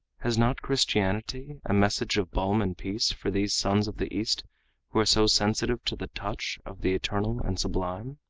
has not christianity a message of balm and peace for these sons of the east who are so sensitive to the touch of the eternal and sublime?